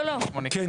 כן.